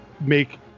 make